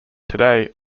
today